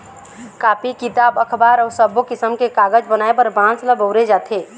copy, किताब, अखबार अउ सब्बो किसम के कागज बनाए बर बांस ल बउरे जाथे